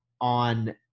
on